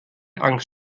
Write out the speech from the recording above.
angst